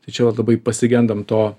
tai čia va labai pasigendam to